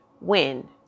win